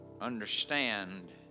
understand